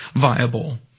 viable